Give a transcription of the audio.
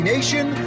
Nation